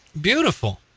Beautiful